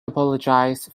apologised